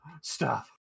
Stop